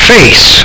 Face